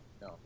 No